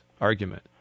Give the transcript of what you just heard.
argument